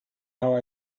how